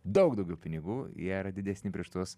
daug daugiau pinigų jie yra didesni prieš tuos